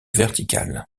verticales